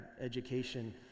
education